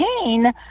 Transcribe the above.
pain